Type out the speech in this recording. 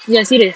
ya serious